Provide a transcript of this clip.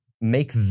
Make